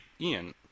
Ian